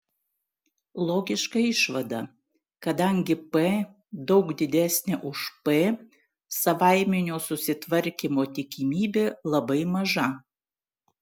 logiška išvada kadangi p daug didesnė už p savaiminio susitvarkymo tikimybė labai maža